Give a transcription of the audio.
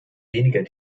weniger